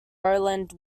roland